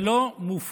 זה לא מופנה,